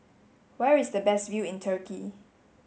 where is the best view in Turkey